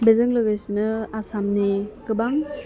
बेजों लोगोसेनो आसामनि गोबां